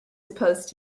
supposed